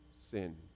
sin